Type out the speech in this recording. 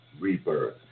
rebirth